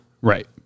Right